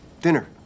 Dinner